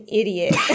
idiot